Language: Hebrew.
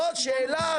לא שאלה.